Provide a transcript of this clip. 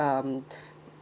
um